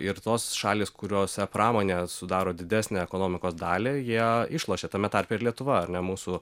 ir tos šalys kuriose pramonė sudaro didesnę ekonomikos dalį jie išlošė tame tarpe ir lietuva ar ne mūsų